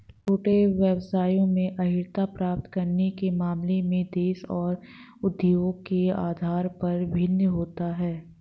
छोटे व्यवसायों में अर्हता प्राप्त करने के मामले में देश और उद्योग के आधार पर भिन्न होता है